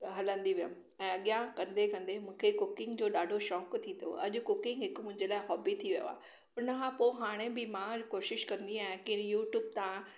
हलंदी वियमि ऐं अॻियां कंदे कंदे मूंखे कुकिंग जो ॾाढो शौक़ु थिए थो अॼु कुकिंग हिकु मुंहिंजे लाइ हॉबी थी वियो आहे हुन खां पोइ हाणे बि मां कोशिशि कंदी आहियां की यूटूब तां